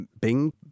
Bing